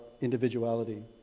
individuality